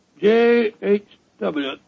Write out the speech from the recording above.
J-H-W